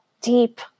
deep